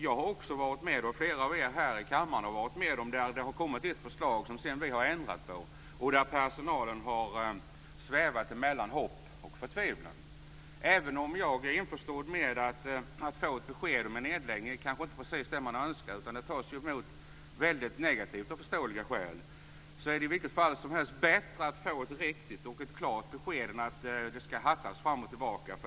Jag har också varit med om, och flera av er i kammaren har varit med om att det har kommit ett förslag som vi sedan har ändrat på och att personalen har svävat mellan hopp och förtvivlan. Även om man är införstådd med att få ett besked om en nedläggning är det kanske inte precis det man har önskat. Det tas emot väldigt negativt av förståeliga skäl. Det är i vilket fall som helst bättre att få ett riktigt och klart besked än att det ska hattas fram och tillbaka.